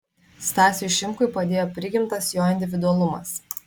stasiui šimkui padėjo prigimtas jo individualumas